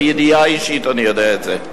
מידיעה אישית אני יודע את זה.